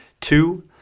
two